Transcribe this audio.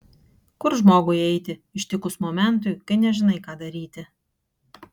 kur žmogui eiti ištikus momentui kai nežinai ką daryti